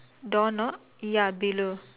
door knob ya below